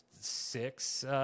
six